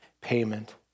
payment